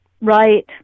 Right